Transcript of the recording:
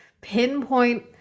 pinpoint